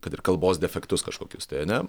kad ir kalbos defektus kažkokius tai ane